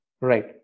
Right